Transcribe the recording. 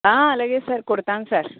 అలాగే సార్ కుడతాను సార్